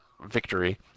victory